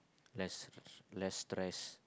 less less stress